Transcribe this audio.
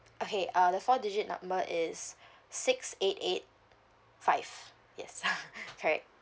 okay uh the four digit number is six eight eight five yes correct